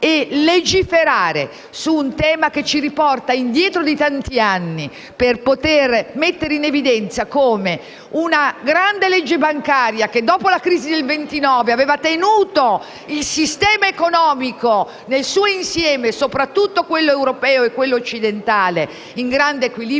e legiferare su un tema che ci riporta indietro di tanti anni, per poter mettere in evidenza come una grande legge bancaria dopo la crisi del 1929 aveva tenuto il sistema economico nel suo insieme, soprattutto quello europeo e quello occidentale, in un grande equilibrio